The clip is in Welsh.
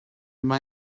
mae